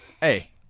hey